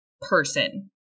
person